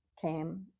came